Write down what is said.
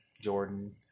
Jordan